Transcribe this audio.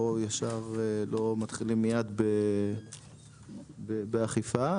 לא מתחילים מייד באכיפה,